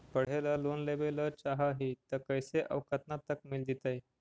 पढ़े ल लोन लेबे ल चाह ही त कैसे औ केतना तक मिल जितै?